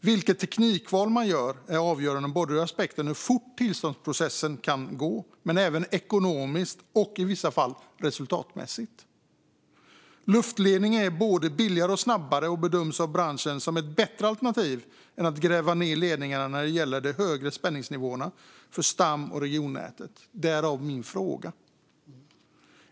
Vilket teknikval man gör är avgörande ur aspekten hur fort tillståndsprocessen kan gå men även ekonomiskt och i vissa fall resultatmässigt. Luftledning är både billigare och snabbare och bedöms av branschen som ett bättre alternativ än att gräva ned ledningarna när det gäller de högre spänningsnivåerna för stam och regionnäten. Därav min fråga.